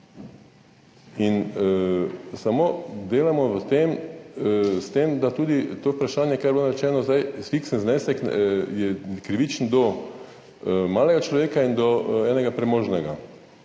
Samo delamo, s tem da tudi to vprašanje, kar je bilo rečeno zdaj, fiksen znesek je krivičen do malega človeka in do enega premožnega,